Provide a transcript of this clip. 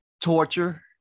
torture